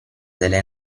delle